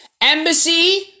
Embassy